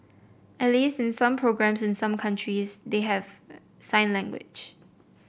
at least in some programmes in some countries they have sign language